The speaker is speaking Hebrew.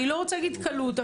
אני לא רוצה להגיד קלות,